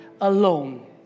alone